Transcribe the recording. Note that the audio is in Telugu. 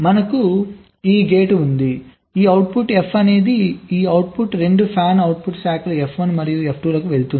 మనకు ఈ గేట్ ఉంది ఈ అవుట్పుట్ F అనేది ఈ అవుట్పుట్ 2 ఫ్యాన్అవుట్ శాఖలు F1 మరియు F2 లకు వెళుతుంది